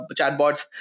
chatbots